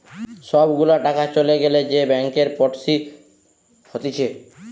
সব গুলা টাকা চলে গ্যালে যে ব্যাংকরপটসি হতিছে